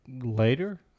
later